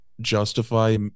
justify